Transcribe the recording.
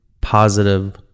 positive